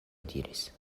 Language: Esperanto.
diris